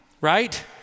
Right